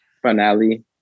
finale